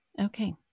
Okay